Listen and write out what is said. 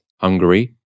Hungary